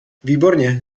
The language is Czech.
výborně